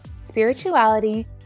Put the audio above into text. spirituality